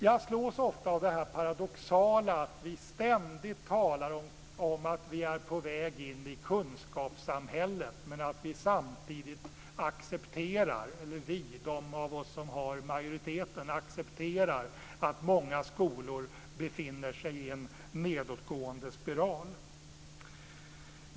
Jag slås ofta av det paradoxala att vi ständigt talar om att vi är på väg in i kunskapssamhället men att vi - eller snarare de av oss som har majoriteten - samtidigt accepterar att många skolor befinner sig i en nedåtgående spiral.